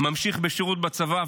ממשיך בשירות בצבא,